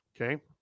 okay